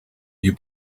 you